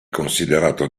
considerato